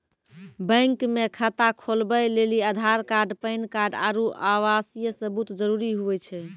bank मे खाता खोलबै लेली आधार कार्ड पैन कार्ड आरू आवासीय सबूत जरुरी हुवै छै